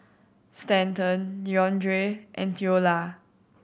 Stanton Deondre and Theola